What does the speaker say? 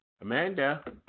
amanda